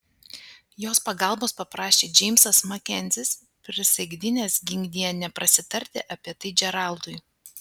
jos pagalbos paprašė džeimsas makenzis prisaikdinęs ginkdie neprasitarti apie tai džeraldui